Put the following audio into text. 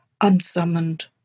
unsummoned